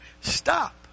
Stop